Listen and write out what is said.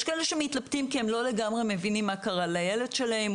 יש כאלה שמתלבטים כי הם לא לגמרי מבינים מה קרה לילד שלהם,